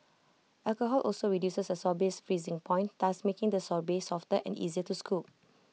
alcohol also reduces A sorbet's freezing point thus making the sorbet softer and easier to scoop